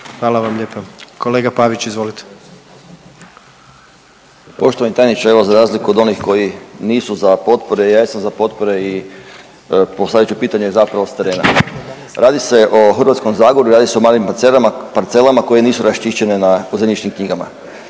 **Pavić, Željko (Socijaldemokrati)** Poštovani tajniče, evo za razliku od onih koji nisu za potpore ja jesam za potpore i postavit ću pitanje zapravo sa terena. Radi se o Hrvatskom zagorju, radi se o malim parcelama koje nisu raščišćene po zemljišnim knjigama.